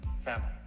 family